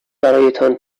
برایتان